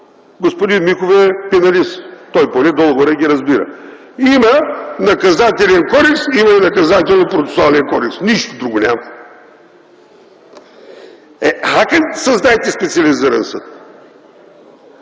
Господин Миков е пеналист. Той поне горе-долу ги разбира. Има Наказателен кодекс, има и Наказателно-процесуален кодекс. Нищо друго няма! Е, ха, създайте специализиран съд?!